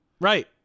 Right